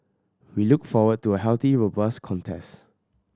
we look forward to a healthy robust contest